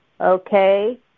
okay